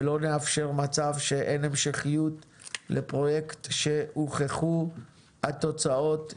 ולא נאפשר מצב שאין המשכיות לפרויקט שהוכחו התוצאות שלו.